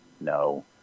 No